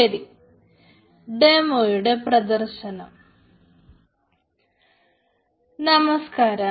ശരി ഡെമോയുടെ പ്രദർശനം നമസ്കാരം